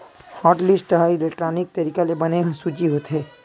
hotlist ह electronic तरीका ले बने सूची होथे